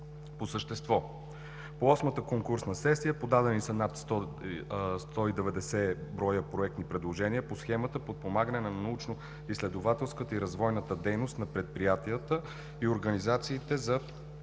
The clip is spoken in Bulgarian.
По същество за Осмата конкурсна сесия са подадени над 190 броя проектни предложения по схемата „Подпомагане на научно-изследователската и развойната дейност на предприятията и организациите на